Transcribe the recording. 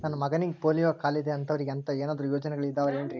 ನನ್ನ ಮಗನಿಗ ಪೋಲಿಯೋ ಕಾಲಿದೆ ಅಂತವರಿಗ ಅಂತ ಏನಾದರೂ ಯೋಜನೆಗಳಿದಾವೇನ್ರಿ?